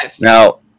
Now